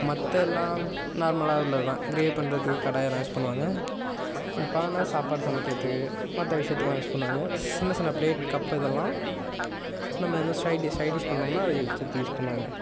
மற்ற எல்லாம் நார்மலாக உள்ளது தான் கிரேவி பண்ணுறதுக்கு கடாயெல்லாம் யூஸ் பண்ணுவாங்க பானை சாப்பாடு சமைக்கிறதுக்கு மற்ற விஷயத்துக்குல்லாம் யூஸ் பண்ணுவாங்க சின்ன சின்ன ப்ளேட் கப்பு இதெல்லாம் நம்ம எதுவும் சைட் டிஷ் சைட் டிஷ் பண்ணிணோம்னா அதை யூஸ் எடுத்து யூஸ் பண்ணுவாங்க